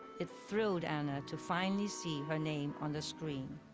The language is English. it thrilled anna to finally see her name on the screen.